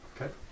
Okay